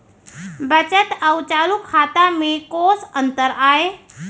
बचत अऊ चालू खाता में कोस अंतर आय?